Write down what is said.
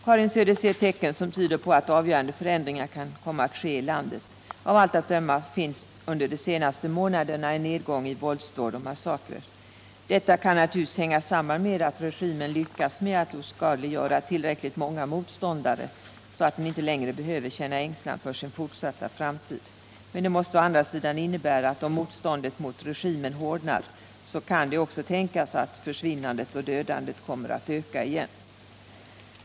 Karin Söder ser tecken som tyder på att avgörande förändringar kan komma att ske i landet. Av allt att döma har under de senaste månaderna en nedgång skett i antalet våldsdåd och massakrer. Detta kan naturligtvis hänga samman med att regimen lyckats med att oskadliggöra tillräckligt många motståndare, så att den inte längre behöver känna ängslan för sin fortsatta framtid. Men det kan å andra sidan innebära att om motståndet mot regimen hårdnar, så kommer också försvinnandena och dödandet att öka igen.